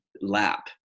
lap